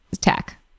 tech